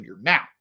Now